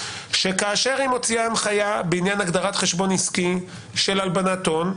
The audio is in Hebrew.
שכאשר היא מוציאה הנחיה בעניין הגדרת חשבון עסקי של הלבנת הון,